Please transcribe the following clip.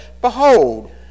behold